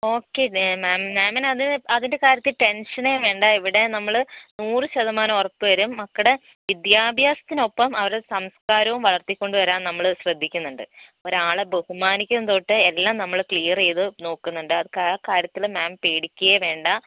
okay ma'am മാമിന് അത് അതിൻ്റെ കാര്യത്തിൽ ടെൻഷനേ വേണ്ട ഇവിടെ നമ്മൾ നൂറ് ശതമാനം ഉറപ്പുതരും മക്കളുടെ വിദ്യാഭ്യാസത്തിനൊപ്പം അവരുടെ സംസ്കാരവും വളർത്തിക്കൊണ്ടുവരാൻ നമ്മൾ ശ്രദ്ധിക്കുന്നുണ്ട് ഒരാളെ ബഹുമാനിക്കുന്നത് തൊട്ട് എല്ലാം നമ്മൾ ക്ലിയർ ചെയ്ത് നോക്കുന്നുണ്ട് ആ കാര്യത്തിൽ മാം പേടിക്കുകയേ വേണ്ട